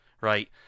right